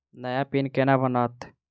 नया पिन केना बनत?